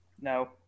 no